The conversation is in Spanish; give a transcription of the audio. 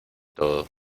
todo